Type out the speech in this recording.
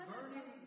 burning